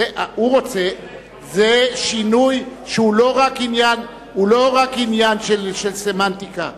זה שינוי שהוא לא רק עניין של סמנטיקה,